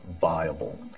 viable